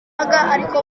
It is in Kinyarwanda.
ariko